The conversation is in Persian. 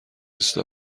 نیست